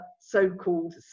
so-called